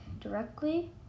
directly